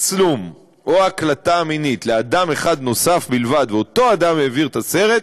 התצלום או ההקלטה המינית לאדם אחד נוסף בלבד ואותו אדם העביר את הסרט,